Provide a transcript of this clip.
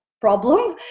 problems